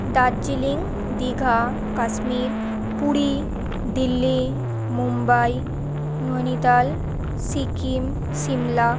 Darjeeling Digha Kashmir Puri Delhi Mumbai Nainital Sikkim Shimla